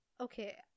okay